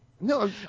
No